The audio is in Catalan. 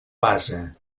base